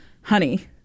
honey